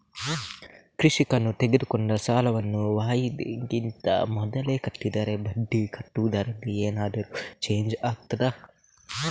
ಕೃಷಿಕನು ತೆಗೆದುಕೊಂಡ ಸಾಲವನ್ನು ವಾಯಿದೆಗಿಂತ ಮೊದಲೇ ಕಟ್ಟಿದರೆ ಬಡ್ಡಿ ಕಟ್ಟುವುದರಲ್ಲಿ ಏನಾದರೂ ಚೇಂಜ್ ಆಗ್ತದಾ?